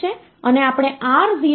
hexadecimal number સિસ્ટમમાં આ 2 D છે